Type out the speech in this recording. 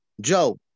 Joe